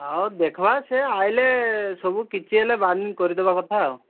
ଆଉ ଦେଖବା ସେ ଆଇଲେ ସବୁ କିଛି ହେଲେ ବାର୍ଗିନିଂ କରିଦେବା କଥା ଆଉ